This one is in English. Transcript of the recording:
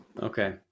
Okay